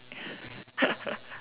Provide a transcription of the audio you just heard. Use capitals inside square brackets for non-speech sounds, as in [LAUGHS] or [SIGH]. [LAUGHS]